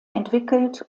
entwickelt